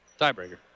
tiebreaker